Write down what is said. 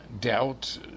Doubt